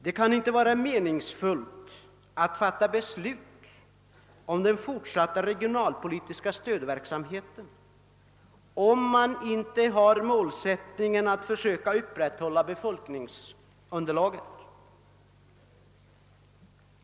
Det kan inte vara meningsfullt att fatta beslut om den fortsatta regionalpolitiska stödverksamheten om man inte har som mål att försöka behålla befolkningsunderlaget.